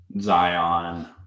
zion